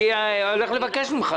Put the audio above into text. אני הולך לבקש ממך